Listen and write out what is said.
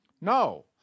No